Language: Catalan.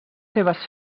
seves